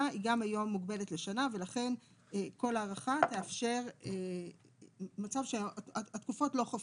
היא גם היום מוגבלת לשנה ולכן כל הארכה תאפשר מצב שהתקופות לא חופפות.